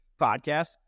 podcast